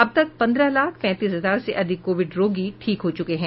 अब तक पंद्रह लाख पैंतीस हजार से अधिक कोविड रोगी ठीक हो चुके हैं